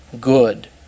good